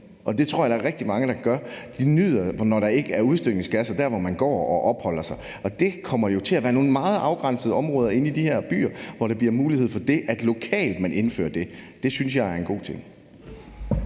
og det tror jeg der er rigtig mange der gør – når der ikke er udstødningsgasser der, hvor man går og opholder sig. Og det kommer jo til at være nogle meget afgrænsede områder inde i de her byer, hvor der bliver mulighed for, at man lokalt indfører det. Det synes jeg er en god ting.